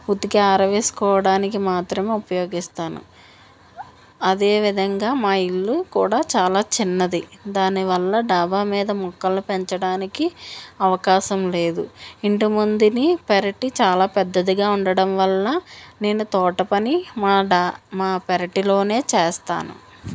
ఉతికి ఆరవేసుకోవడానికి మాత్రం ఉపయోగిస్తాను అదే విధంగా మా ఇల్లు కూడా చాలా చిన్నది దాని వల్ల డాబా మీద మొక్కలు పెంచడానికి అవకాశం లేదు ఇంటి ముందుర పెరటి చాలా పెద్దదిగా ఉండడం వల్ల నేను తోట పని మా డా మా పెరట్లో చేస్తాను